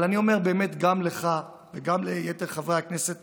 אבל אני אומר גם לך וגם ליתר חברי הכנסת